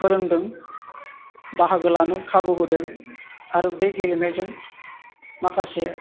फोरोंदों बाहागो लानो खाबु होदों आरो बे गेलेनायजों माखासे